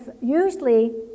usually